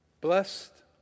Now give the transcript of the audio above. Blessed